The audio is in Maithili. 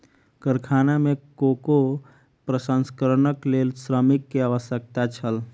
कारखाना में कोको प्रसंस्करणक लेल श्रमिक के आवश्यकता छल